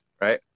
right